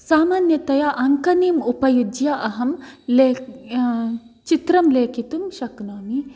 सामान्यतया अङ्कणीम् उपयुज्य अहं ले चित्रं लेखितुं शक्नोमि